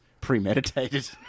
premeditated